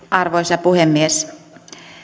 arvoisa puhemies